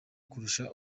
kurusha